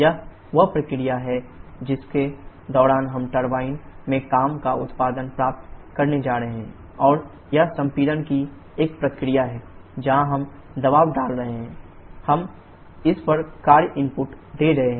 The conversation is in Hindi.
यह वह प्रक्रिया है जिसके दौरान हम टरबाइन में काम का उत्पादन प्राप्त करने जा रहे हैं और यह संपीड़न की एक प्रक्रिया है जहां हम दबाव डाल रहे हैं हम इस पर कार्य इनपुट दे रहे हैं